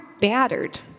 battered